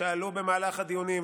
שעלו במהלך הדיונים,